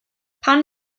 pan